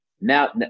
now